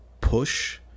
push